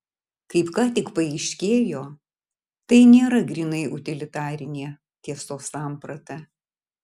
kaip ką tik paaiškėjo tai nėra grynai utilitarinė tiesos samprata